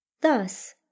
Thus